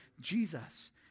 Jesus